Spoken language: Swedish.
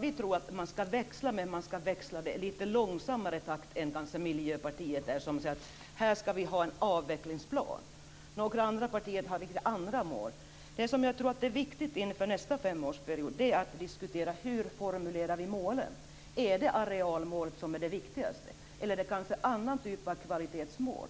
Vi tror att det skall ske en växling, men i litet långsammare takt än Miljöpartiet som vill ha en avvecklingsplan. Andra partier har andra mål. Det viktiga inför nästa femårsperiod är att diskutera hur målen skall formuleras. Är arealmål viktigast? Det är kanske en annan typ av kvalitetsmål?